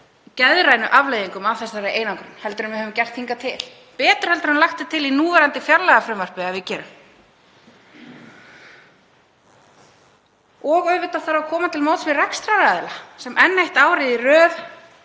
geðrænu afleiðingum af þessari einangrun en við höfum gert hingað til, betur en lagt er til í núverandi fjárlagafrumvarpi að við gerum. Og auðvitað þarf að koma til móts við rekstraraðila sem enn eitt árið þurfa